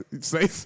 say